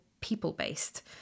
people-based